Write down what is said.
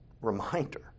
reminder